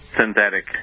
synthetic